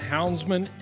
Houndsman